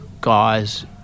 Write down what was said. guys